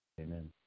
Amen